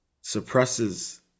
suppresses